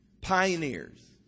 Pioneers